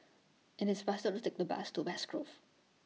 IT IS faster to Take The Bus to West Grove